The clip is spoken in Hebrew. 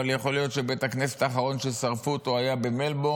אבל יכול להיות שבית הכנסת האחרון ששרפו היה במלבורן.